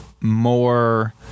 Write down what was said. more